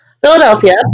Philadelphia